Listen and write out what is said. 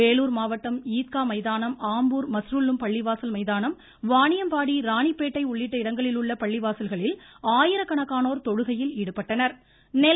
வேலூர் மாவட்டம் ஈத்கா மைதானம் ஆம்பூர் மஸ்ருல்லும் பள்ளிவாசல் மைதானம் வாணியம்பாடி ராணிப்பேட்டை உள்ளிட்ட இடங்களில் உள்ள பள்ளிவாசல்களில் ஆயிரக்கணக்கானோர் தொழுகையில் ஈடுபட்டனர்